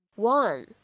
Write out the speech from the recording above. One